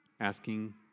Asking